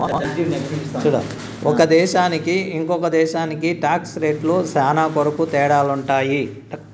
ఒక దేశానికి ఇంకో దేశానికి టాక్స్ రేట్లు శ్యానా కొరకు తేడాలుంటాయి